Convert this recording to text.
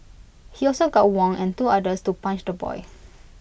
he also got Wang and two others to punch the boy